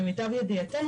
למיטב ידיעתנו,